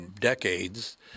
decades